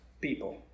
people